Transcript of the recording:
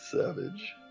Savage